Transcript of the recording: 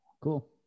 cool